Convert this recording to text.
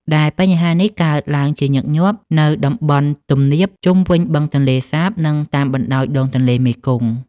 ដែលបញ្ហានេះកើតឡើងជាញឹកញាប់នៅតំបន់ទំនាបជុំវិញបឹងទន្លេសាប និងតាមបណ្តោយដងទន្លេមេគង្គ។